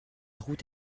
route